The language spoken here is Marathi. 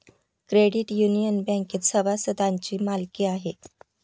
क्रेडिट युनियन बँकेत सभासदांची मालकी आहे